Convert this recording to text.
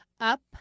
Up